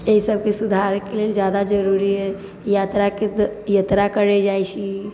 एहि सबके सुधारके लेल जादा जरुरी अछि यात्रा करैके यात्रा करै जाइ छी